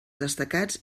destacats